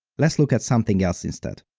let's look at something else instead.